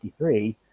1953